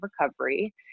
recovery